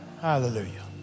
Hallelujah